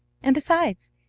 and, besides,